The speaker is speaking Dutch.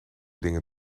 dingen